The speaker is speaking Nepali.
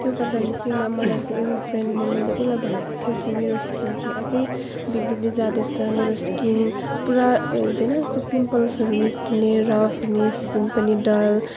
त्यो गर्दाले चाहिँ म मलाई चाहिँ एउटा फ्रेन्डले मैले उसलाई भनेको थियो कि मेरो स्किन चाहिँ अझै बिग्रिँदै जाँदैछ मेरो स्किन पुरा ऊ यो हुँदैन यस्तो पिम्पल्सहरू निस्किने रफ हुने स्किन पनि डल